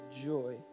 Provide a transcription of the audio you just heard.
joy